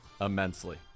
immensely